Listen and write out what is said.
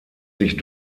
sich